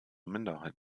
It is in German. minderheit